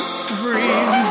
scream